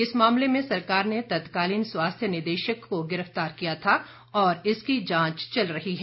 इस मामले में सरकार ने तत्कालीन स्वास्थ्य निदेशक को गिरफ्तार किया था और इसकी जांच चल रही है